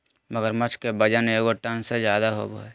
मगरमच्छ के वजन एगो टन से ज्यादा होबो हइ